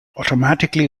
automatically